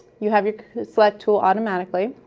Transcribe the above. you have your select tool automatically,